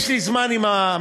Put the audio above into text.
יש לי זמן עם המאבטחים,